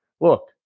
Look